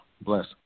Bless